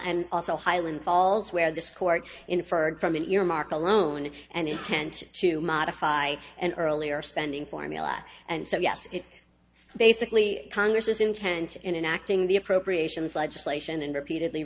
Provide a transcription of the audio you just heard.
and also highland falls where this court inferred from earmark alone and intent to modify an earlier spending formula and so yes it basically congress's intent in acting the appropriations legislation and repeatedly